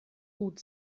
gut